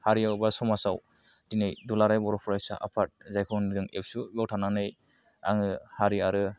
हारियाव बा समाजाव दिनै दुलाराय बर' फरायसा आफाद जायखौ होनो जों एफसुआव थानानै आङो हारि आरो